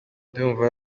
ndumva